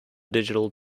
digital